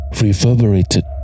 reverberated